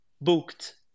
booked